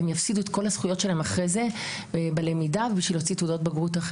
הן יפסידו את כל הזכויות שלהן לאחר מכן בלמידה כדי להוציא תעודת בגרות.